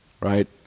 right